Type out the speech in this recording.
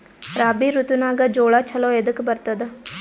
ರಾಬಿ ಋತುನಾಗ್ ಜೋಳ ಚಲೋ ಎದಕ ಬರತದ?